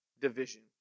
division